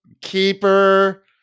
keeper